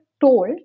told